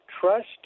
Trust